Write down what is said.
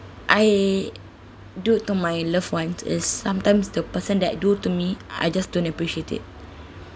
I do to my loved one is sometimes the person that do to me I just don't appreciate it